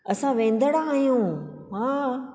असां वेन्दड़ आहियूं हा